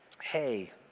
hey